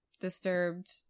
disturbed